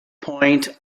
point